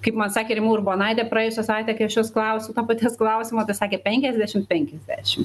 kaip man sakė rima urbonaitė praėjusią savaitę kai aš jos klausiau to paties klausimo tai sakė penkiasdešimt penkiasdešimt